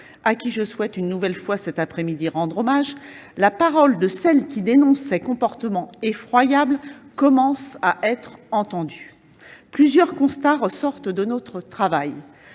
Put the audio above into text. à qui je souhaite une nouvelle fois rendre hommage, la parole de celles qui dénoncent ces comportements effroyables commence à être entendue. Plusieurs constats ressortent de notre travail.